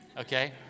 Okay